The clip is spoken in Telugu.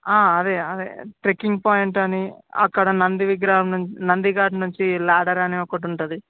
అదే అదే ట్రెక్కింగ్ పాయింట్ అని అక్కడ నంది విగ్రహం నుం నంది గారి నుంచి లాడర్ అనే ఒకటుంటుంది